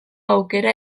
aukera